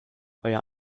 euer